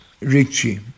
Richie